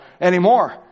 anymore